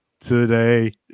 today